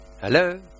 Hello